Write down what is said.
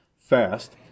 FAST